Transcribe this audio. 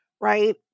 right